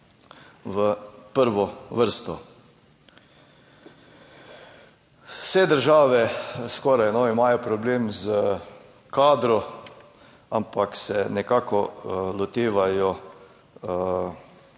v prvo vrsto. Vse države skoraj imajo problem s kadrom, ampak se nekako lotevajo